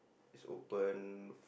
is open